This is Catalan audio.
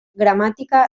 gramàtica